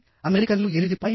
కాబట్టి అమెరికన్లు 8